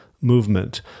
movement